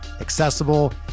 accessible